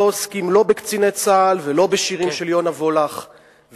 לא עוסקים לא בקציני צה"ל ולא בשירים של יונה וולך.